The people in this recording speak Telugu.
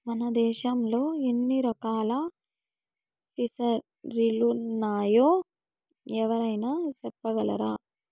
మన దేశంలో ఎన్ని రకాల ఫిసరీలున్నాయో ఎవరైనా చెప్పగలరా